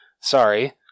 Sorry